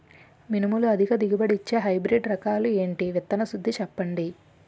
మినుములు అధిక దిగుబడి ఇచ్చే హైబ్రిడ్ రకాలు ఏంటి? విత్తన శుద్ధి చెప్పండి?